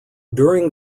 during